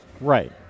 Right